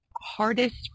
hardest